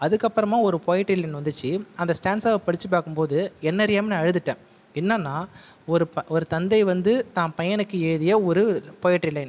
அதுக்கப்பறமா ஒரு poetry line வந்துச்சு அந்த ஸ்டேன்ஸாவ படித்து பார்க்கும் போது என்னறியாமல் நான் அழுதுட்டேன் என்னென்னா ஒரு ஒரு தந்தை வந்து தான் பையனுக்கு எழுதிய ஒரு பொயட்ரி லைன்